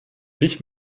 wich